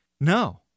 No